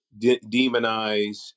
demonize